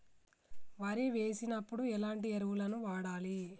వరి వేసినప్పుడు ఎలాంటి ఎరువులను వాడాలి?